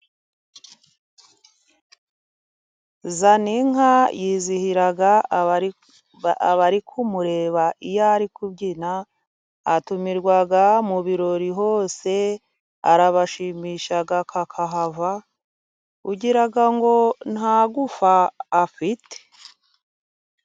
Zaninka yizihira abari kumureba iyo ari kubyina, atumirwa mu birori hose, arabashimisha kakahava, ugira ngo nta gufawa afite!